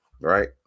right